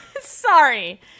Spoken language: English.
Sorry